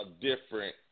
different